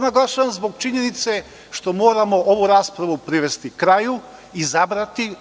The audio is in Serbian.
naglašavam zbog činjenice da moramo ovu raspravu privesti kraju, izabrati